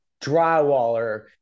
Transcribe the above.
drywaller